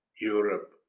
europe